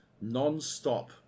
non-stop